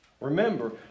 Remember